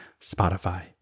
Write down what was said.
Spotify